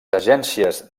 agències